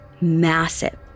massive